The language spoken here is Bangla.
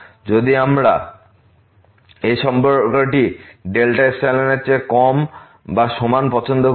যদি আমরা এই সম্পর্কটি এর থেকে কম বা সমান পছন্দ করি